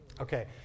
Okay